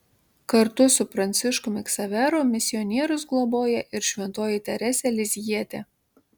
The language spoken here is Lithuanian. kartu su pranciškumi ksaveru misionierius globoja ir šventoji teresė lizjietė